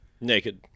naked